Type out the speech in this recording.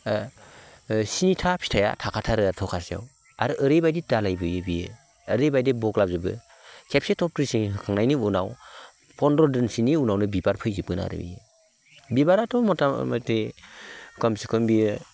स्निथा फिथाइआ थाखा थारो आरो थखासेयाव आरो ओरैबायदि दालाय बोयो बेयो ओरैबायदि बग्लाबजोबो खेबसे टप ड्रेसिं होखांनायनि उनाव पन्द्र' दिनसोनि उनावनो बिबार फैजोबगोन आरो बेयो बिबाराथ' मतामति कमसे कम बियो